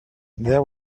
there